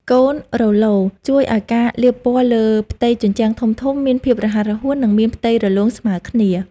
កូនរ៉ូឡូ ជួយឱ្យការលាបពណ៌លើផ្ទៃជញ្ជាំងធំៗមានភាពរហ័សរហួន និងមានផ្ទៃរលោងស្មើគ្នា។